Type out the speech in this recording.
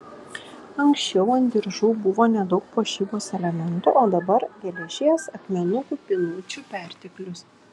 anksčiau ant diržų buvo nedaug puošybos elementų o dabar geležies akmenukų pynučių perteklius